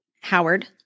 Howard